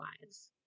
lives